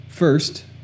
First